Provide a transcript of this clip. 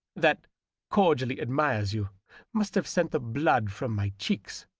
that cordially admires you must have sent the blood from my cheeks,